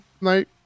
night